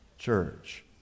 church